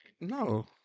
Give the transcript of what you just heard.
No